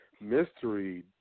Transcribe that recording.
mystery